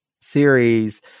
series